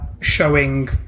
showing